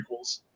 prequels